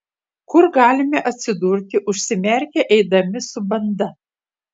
kur galime atsidurti užsimerkę eidami su banda